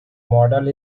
model